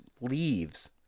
leaves